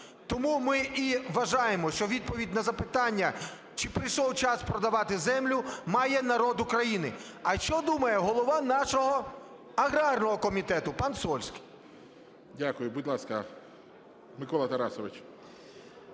Тому ми і вважаємо, що відповідь на запитання, чи прийшов час продавати землю, має народ України. А що думає голова нашого аграрного комітету пан Сольський? ГОЛОВУЮЧИЙ. Дякую. Будь ласка, Микола Тарасович.